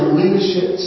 leadership